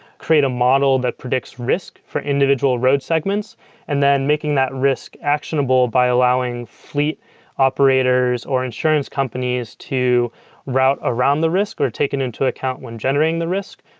create a model that predicts risk for individual road segments and then making that risk actionable by allowing fleet operators or insurance companies to route around the risk, or taken into account when generating the risk,